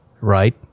right